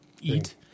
eat